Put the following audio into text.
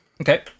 okay